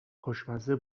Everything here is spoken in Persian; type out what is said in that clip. خوشمزه